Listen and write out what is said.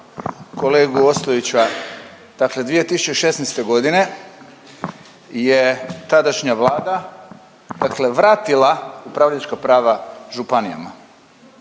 kolegu Ostojića, dakle 2016.g. je tadašnja vlada vratila upravljačka prava županijama,